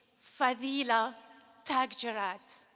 fadila takjerad.